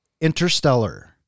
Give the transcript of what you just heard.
Interstellar